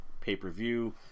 pay-per-view